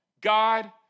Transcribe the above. God